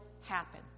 happen